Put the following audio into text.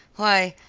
why,